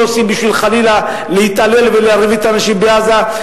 לא עושים בשביל חלילה להתעלל ולהרעיב את האנשים בעזה,